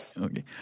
Okay